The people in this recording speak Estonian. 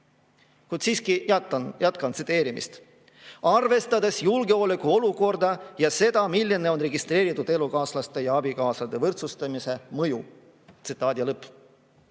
Kuid siiski jätkan tsiteerimist: "[...] arvestades julgeolekuolukorda ja seda, milline on registreeritud elukaaslaste ja abikaasade võrdsustamise mõju." (Tsitaadi lõpp.)Head